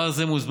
פער זה מוסבר,